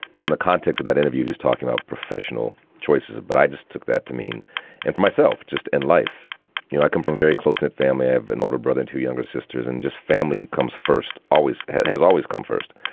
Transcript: now, the context of that interview, who's talking about professional choices? but i just took that to mean and for myself just in life. you know, i come from a very close knit family. i have an older brother, two younger sisters. and just family comes first. always has always come first.